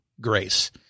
grace